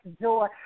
joy